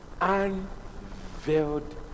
unveiled